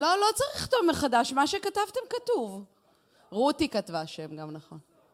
לא, לא צריך לכתוב מחדש, מה שכתבתם כתוב. רותי כתבה שם גם, נכון.